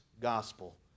gospel